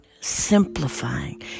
simplifying